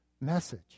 message